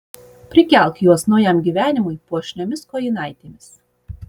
prikelk juos naujam gyvenimui puošniomis kojinaitėmis